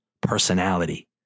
personality